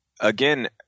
again